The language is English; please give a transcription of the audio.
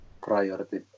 priority